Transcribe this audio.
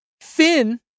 Finn